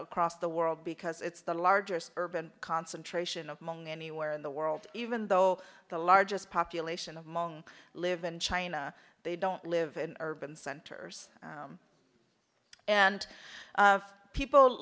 across the world because it's the largest urban concentration of monk anywhere in the world even though the largest population of monks live in china they don't live in urban centers and people